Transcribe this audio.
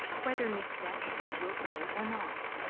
whether miss dashwood will go or not,